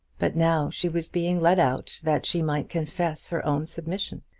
but now she was being led out that she might confess her own submission,